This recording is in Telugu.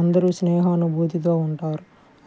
అందరు స్నేహానుభూతితో ఉంటారు